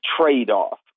trade-off